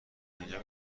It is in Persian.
اینجا